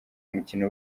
umukino